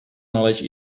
knowledge